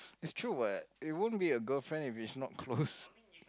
it's true what it won't be a girlfriend if it's not close